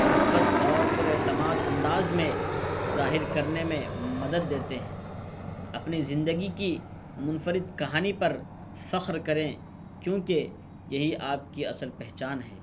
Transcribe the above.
مثبت اور پراعتماد انداز میں ظاہر کرنے میں مدد دیتے ہیں اپنی زندگی کی منفرد کہانی پر فخر کریں کیونکہ یہی آپ کی اصل پہچان ہے